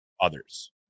others